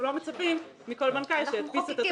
אנחנו לא מצפים מכל בנקאי שידפיס את